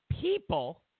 people